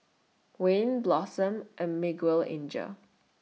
Wayne Blossom and Miguelangel